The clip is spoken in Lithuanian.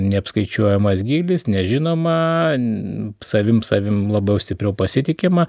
neapskaičiuojamas gylis nežinoma savimi savimi labiau stipriau pasitikima